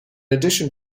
addition